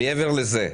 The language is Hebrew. מעבר לזה,